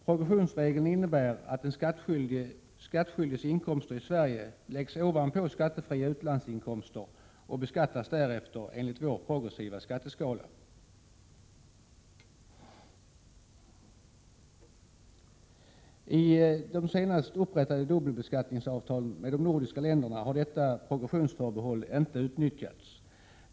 Progressionsregeln innebär att den skattskyldiges inkomster i Sverige läggs ovanpå skattefria utlandsinkomster och därefter beskattas enligt vår progressiva skatteskala. I de senast upprättade dubbelbeskattningsavtalen med de nordiska länderna har detta progressionsförbehåll inte utnyttjats.